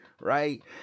right